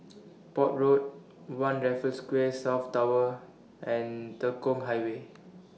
Port Road one Raffles Quay South Tower and Tekong Highway